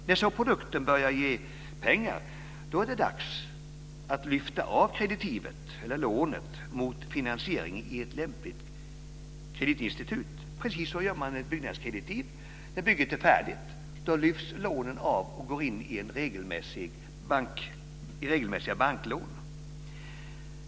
När så produkten börjar ge pengar är det dags att lyfta av kreditivlånet mot finansiering i lämpligt kreditinstitut. Precis så gör man med byggnadskreditiv när bygget är färdigt: Då lyfts lånen av och går in i regelmässiga banklån.